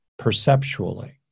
perceptually